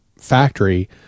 factory